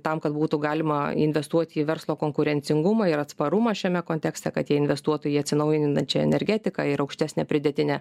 tam kad būtų galima investuoti į verslo konkurencingumą ir atsparumą šiame kontekste kad tie investuotojai į atsinaujinančią energetiką ir aukštesnę pridėtinę